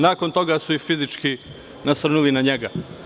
Nakon toga su i fizički nasrnuli na njega.